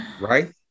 right